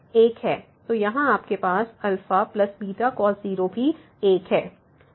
तो यहाँ आपके पास αβ cos 0 भी 1 है